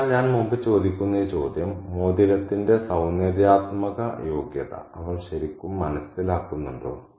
അതിനാൽ ഞാൻ മുമ്പ് ചോദിക്കുന്ന ഈ ചോദ്യം മോതിരത്തിന്റെ സൌന്ദര്യാത്മക യോഗ്യത അവൾ ശരിക്കും മനസ്സിലാക്കുന്നുണ്ടോ